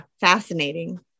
fascinating